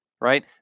right